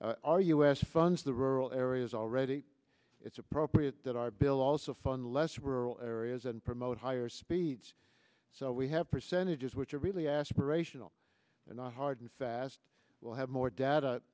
us funds the rural areas already it's appropriate that our bill also fund less rural areas and promote higher speeds so we have percentages which are really aspirational and not hard and fast we'll have more data